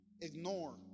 ignore